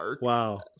Wow